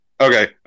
Okay